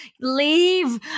Leave